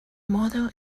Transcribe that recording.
model